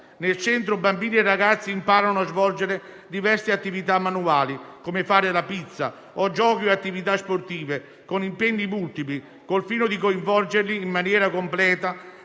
Nel centro, bambini e ragazzi imparano a svolgere diverse attività manuali, come fare la pizza, o giochi e attività sportive con impegni multipli, al fine di coinvolgerli in maniera completa,